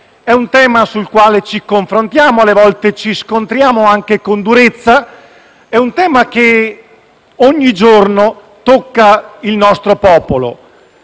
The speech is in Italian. di un tema sul quale ci confrontiamo e alle volte ci scontriamo anche con durezza, che ogni giorno tocca il nostro popolo,